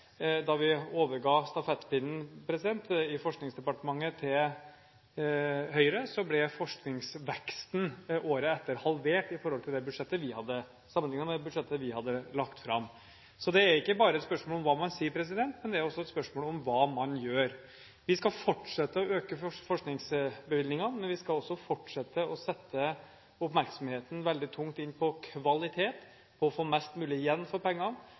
Da vi overga stafettpinnen i Forskningsdepartementet til Høyre, ble forskningsveksten året etter halvert sammenlignet med det budsjettet vi hadde lagt fram. Så det er ikke bare et spørsmål om hva man sier; det er også et spørsmål om hva man gjør. Vi skal fortsette å øke forskningsbevilgningene, men vi skal også fortsette å rette oppmerksomheten veldig tungt inn mot kvalitet, mot å få mest mulig igjen for pengene,